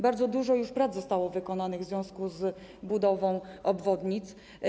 Bardzo dużo prac już zostało wykonanych w związku z budową obwodnic.